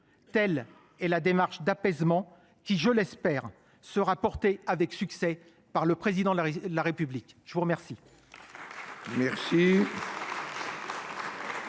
telle est la démarche d’apaisement qui, je l’espère, sera portée avec succès par le Président de la République. La parole